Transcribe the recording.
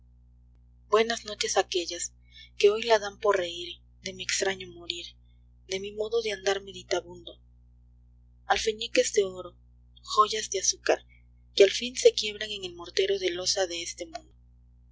buenas noches aquellas que hoy la dan por íeír de mi extraño morir de mi modo de andar meditabundo alfeñiques de oro joyas de azúcar que al fin se quiebran en el mortero de losa de este mundo